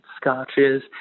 scotches